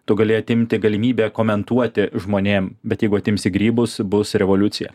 tu gali atimti galimybę komentuoti žmonėm bet jeigu atimsi grybus bus revoliucija